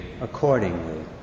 accordingly